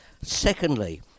Secondly